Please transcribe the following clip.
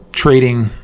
Trading